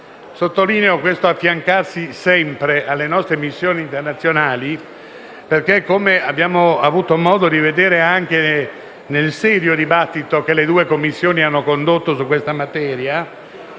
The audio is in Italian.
Sottolineo l'espressione «affiancarsi sempre alle nostre missioni internazionali» perché - come abbiamo avuto modo di vedere anche nel serio dibattito che le due Commissioni hanno condotto su questa materia